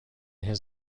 his